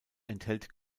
enthält